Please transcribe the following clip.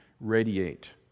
radiate